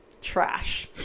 Trash